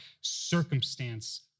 circumstance